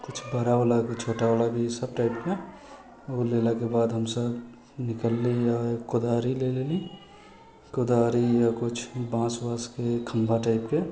किछु बड़ा वला किछु छोटावला ई सभ टाइपके ओ लेलाके बाद हमसभ निकलली आओर कोदारी ले लेली कोदारी या किछु बाँस वाँसके खम्भा टाइपके